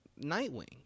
Nightwing